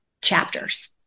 chapters